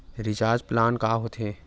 Recharge plan का होथे?